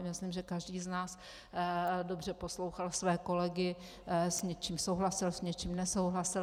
Myslím, že každý z nás dobře poslouchal své kolegy, s něčím souhlasil, s něčím nesouhlasil.